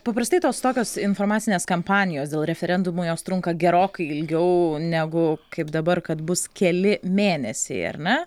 paprastai tos tokios informacinės kampanijos dėl referendumo jos trunka gerokai ilgiau negu kaip dabar kad bus keli mėnesiai ar ne